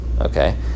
Okay